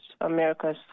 America's